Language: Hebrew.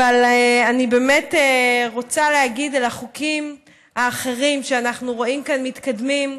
אבל אני באמת רוצה להגיד שהחוקים האחרים שאנחנו רואים שמתקדמים כאן,